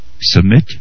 submit